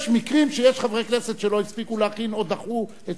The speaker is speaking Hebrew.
יש מקרים שיש חברי כנסת שלא הספיקו להכין או דחו את